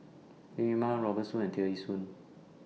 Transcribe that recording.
Linn in Ma Robert Soon and Tear Ee Soon